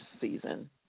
season